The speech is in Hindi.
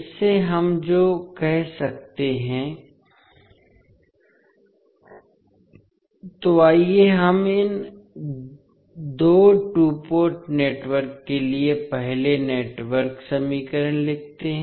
इससे हम जो कह सकते हैं तो आइए हम इन दो टू पोर्ट नेटवर्क के लिए पहले नेटवर्क समीकरण लिखते हैं